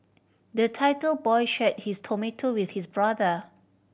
the boy shared his tomato with his brother